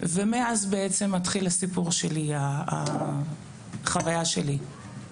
ומאז בעצם מתחיל הסיפור שלי, החוויה שלי.